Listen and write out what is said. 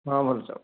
ହଁ ଭଲ ଚାଉଳ